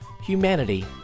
humanity